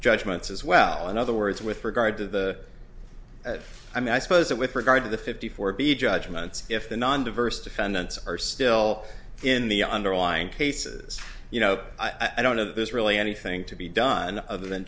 judgments as well in other words with regard to the i suppose so with regard to the fifty four b judgments if the non diverse defendants are still in the underlying cases you know i don't know that there's really anything to be done other than